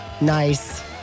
nice